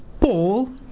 Paul